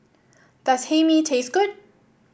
does Hae Mee taste good